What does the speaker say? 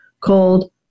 called